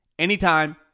anytime